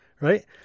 right